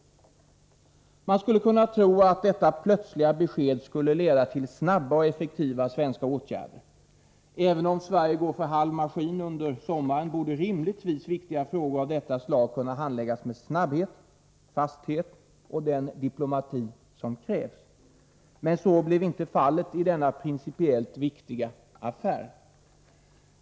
Man skulle kunna tro att detta plötsliga besked skulle leda till snabba och effektiva svenska åtgärder. Även om Sverige går för halv maskin under sommaren borde rimligtvis viktiga frågor av detta slag kunna handläggas med den snabbhet, fasthet och diplomati som krävs. Men så blev inte fallet i denna principiellt viktiga affär.